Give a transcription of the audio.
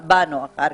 רופאים.